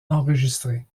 enregistré